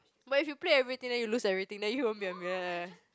but if you play everything and you lose everything then you won't be a millionaire